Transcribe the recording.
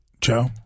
Joe